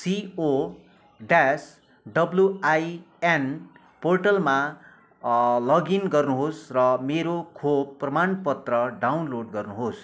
CO ड्यास डब्लुआइएन पोर्टलमा लगइन गर्नुहोस् र मेरो खोप प्रमाण पत्र डाउनलोड गर्नुहोस्